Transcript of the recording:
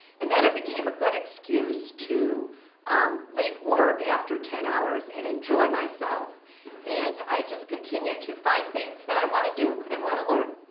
and then it became a good excuse to um leave work after ten hours and enjoy myself and i just continued to find things that i want to do and want to learn.